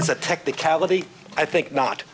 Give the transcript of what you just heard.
is a technicality i think not